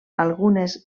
algunes